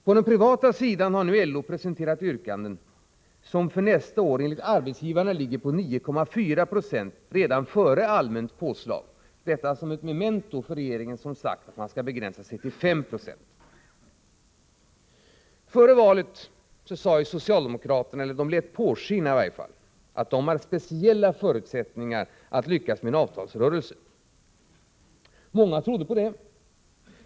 På den privata sidan har LO presenterat yrkanden som enligt arbetsgivarna ligger på 9,4 96 för 1985 redan före allmänt påslag. Detta sagt som ett memento till regeringen som uttalat att löneökningarna skall begränsas till SP. Före valet lät socialdemokraterna påskina att de hade speciella förutsättningar att lyckas med en avtalsrörelse. Många trodde på det.